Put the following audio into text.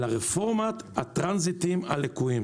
אלא רפורמת הטרנזיטים הלקויים.